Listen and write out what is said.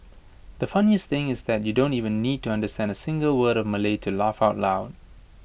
the funniest thing is that you don't even need to understand A single word of Malay to laugh out loud